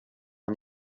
han